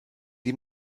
die